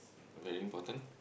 very important